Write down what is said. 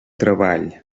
treball